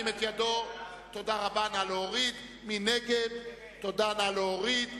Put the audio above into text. סעיף 32, תמיכות שונות, לשנת 2010, נתקבל.